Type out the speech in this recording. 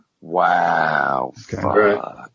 Wow